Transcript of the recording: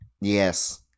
Yes